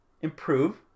improve